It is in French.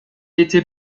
était